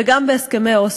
וגם הסכמי השלום,